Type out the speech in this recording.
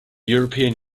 european